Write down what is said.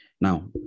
Now